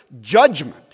judgment